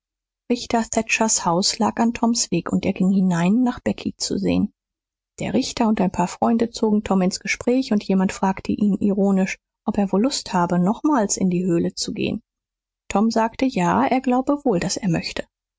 thatchers haus lag an toms weg und er ging hinein nach becky zu sehen der richter und ein paar freunde zogen tom ins gespräch und jemand fragte ihn ironisch ob er wohl lust habe nochmals in die höhle zu gehen tom sagte ja er glaube wohl daß er möchte